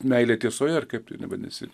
meilė tiesoje ar kaip vadinasi